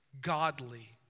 Godly